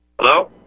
Hello